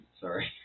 Sorry